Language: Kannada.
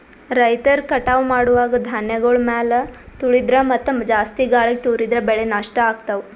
ರೈತರ್ ಕಟಾವ್ ಮಾಡುವಾಗ್ ಧಾನ್ಯಗಳ್ ಮ್ಯಾಲ್ ತುಳಿದ್ರ ಮತ್ತಾ ಜಾಸ್ತಿ ಗಾಳಿಗ್ ತೂರಿದ್ರ ಬೆಳೆ ನಷ್ಟ್ ಆಗ್ತವಾ